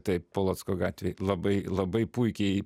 taip polocko gatvėj labai labai puikiai